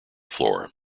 floor